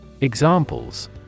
Examples